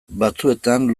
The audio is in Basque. batzuetan